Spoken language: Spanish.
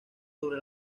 sobre